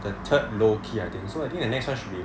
the third low key I think so I think the next one should be